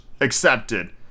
accepted